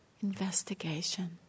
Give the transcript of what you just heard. investigation